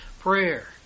prayer